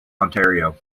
ontario